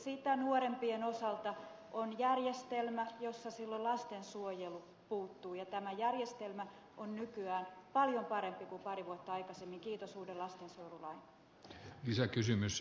sitä nuorempien osalta on järjestelmä jossa lastensuojelu puuttuu ja tämä järjestelmä on nykyään paljon parempi kuin pari vuotta aikaisemmin kiitos uuden lastensuojelulain